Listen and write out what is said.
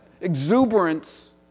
exuberance